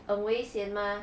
很危险 mah